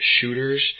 shooters